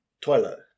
toilet